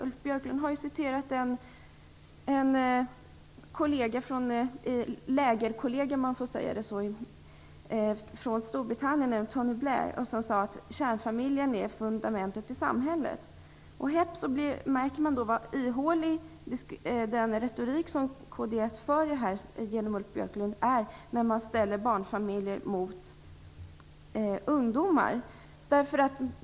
Ulf Björklund har citerat en lägerkollega, om jag får uttrycka det så, från Storbritannien, nämligen Tony Blair. Han sade att kärnfamiljen är fundamentet för samhället. Helt plötsligt upptäcker man hur ihålig den retorik som kds för fram genom Ulf Björklund är, när man ställer barnfamiljer mot ungdomar.